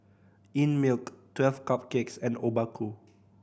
Einmilk Twelve Cupcakes and Obaku